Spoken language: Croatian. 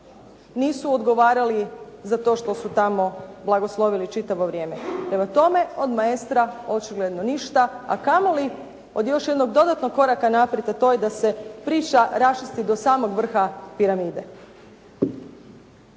nisu odgovarali za to što su tamo blagoslovili čitavo vrijeme. Prema tome, od "Maestra" očigledno ništa, a kamo li od još jednog dodatnog koraka naprijed, a to je da se priča raščisti do samog vrha piramide.